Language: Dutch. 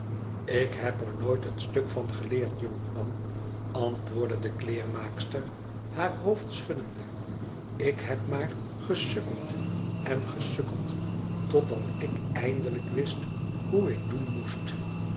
ik heb er nooit een stuk van geleerd jonkman antwoordde de kleermaakster haar hoofd schuddende ik heb maar gesukkeld en gesukkeld totdat ik eindelijk wist hoe ik doen moest